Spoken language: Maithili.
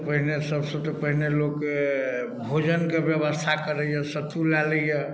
पहिने सबसऽ तऽ पहिने लोक भोजन के ब्यवस्था करैया सत्तू लऽ लैया